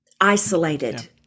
isolated